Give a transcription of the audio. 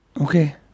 Okay